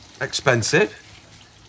Expensive